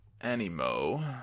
animo